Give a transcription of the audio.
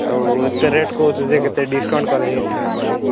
ଆଉ ଏତେ ରେଟ୍ କହୁଛ ଯେ କେତେ ଡିସକାଉଣ୍ଟ୍ କଲେ ହେଇଥାନ୍ତା ନାଇଁ କି